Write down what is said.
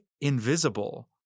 invisible